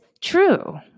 true